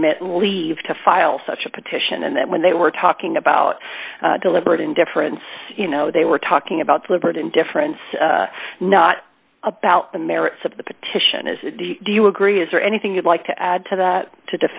permit leave to file such a petition and that when they were talking about deliberate indifference you know they were talking about deliberate indifference not about the merits of the petition is do you agree is there anything you'd like to add to that to